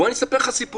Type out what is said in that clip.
בוא אני אספר לך סיפור,